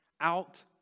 out